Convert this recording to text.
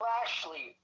Lashley